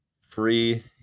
free